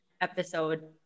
episode